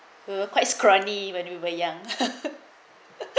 were quite is currently when we were young